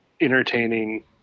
entertaining